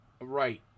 Right